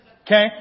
Okay